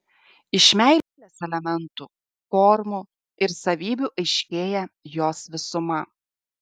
iš meilės elementų formų ir savybių aiškėja jos visuma